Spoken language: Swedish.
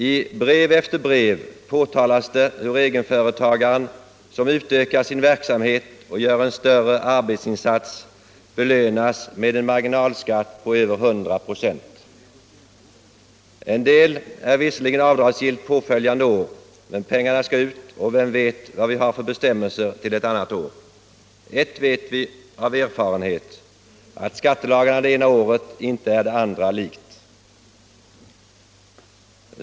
I brev efter brev påtalas det hur egenföretagaren som utökar sin verksamhet och gör en större arbetsinsats belönas med en marginalskatt på över 100 26. En del är visserligen avdragsgill påföljande år, men pengarna skall ut och vem vet vad vi får för bestämmelser till ett annat år. Ett vet vi av erfarenhet: när det gäller skattelagarna är det ena året inte det andra likt.